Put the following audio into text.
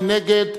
מי נגד?